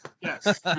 Yes